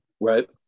Right